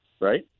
right